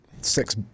six